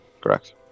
Correct